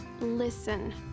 listen